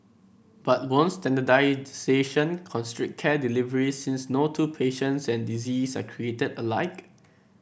but won't standardisation constrict care delivery since no two patients and diseases are created alike